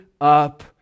up